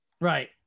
right